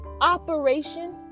operation